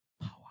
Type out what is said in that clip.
Power